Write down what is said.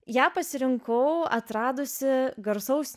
ją pasirinkau atradusi garsaus